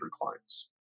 clients